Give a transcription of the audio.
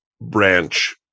branch